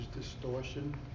distortion